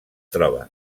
troba